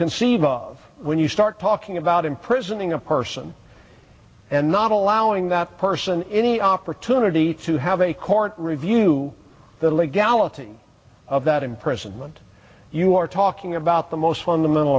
conceive of when you start talking about imprisoning a person and not allowing that person any opportunity to have a court review the legality of that imprisonment you are talking about the most fundamental